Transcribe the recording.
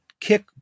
kick